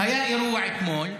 היה אירוע אתמול,